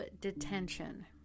detention